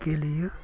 गेलेयो